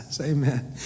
amen